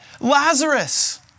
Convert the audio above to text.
Lazarus